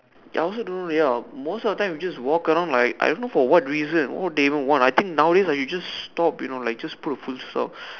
ya I also don't know ya most of the time we just walk around like I don't know for what reason what they even want I think nowadays you just stop like you just put a full stop